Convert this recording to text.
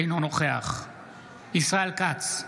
אינו נוכח ישראל כץ,